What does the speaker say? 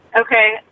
Okay